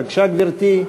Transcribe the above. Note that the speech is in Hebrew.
בבקשה, גברתי.